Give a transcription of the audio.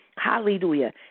Hallelujah